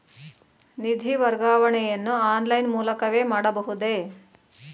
ನಿಧಿ ವರ್ಗಾವಣೆಯನ್ನು ಆನ್ಲೈನ್ ಮೂಲಕವೇ ಮಾಡಬಹುದೇ?